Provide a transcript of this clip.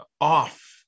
off